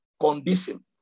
condition